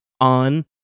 on